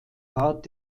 art